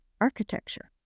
architecture